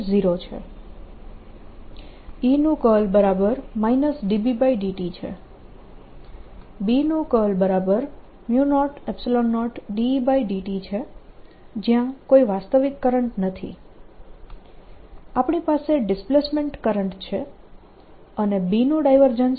E0 છે E નું curl E B∂t છે B નું કર્લ B00E∂t છે જયાં કોઈ વાસ્તવિક કરંટ નથી આપણી પાસે ડિસ્પ્લેસમેન્ટ કરંટ છે અને B નું ડાયવર્જન્સ